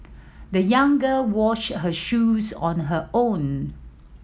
the young girl washed her shoes on her own